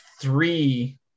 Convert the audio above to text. three